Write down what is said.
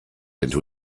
into